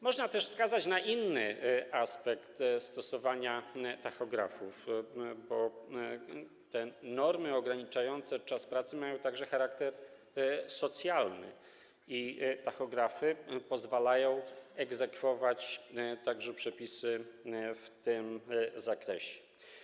Można też wskazać na inny aspekt stosowania tachografów, bo te normy ograniczające czas pracy mają także charakter socjalny i tachografy pozwalają egzekwować także przepisy w tym zakresie.